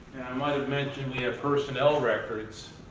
might have mentioned, we have personnel records.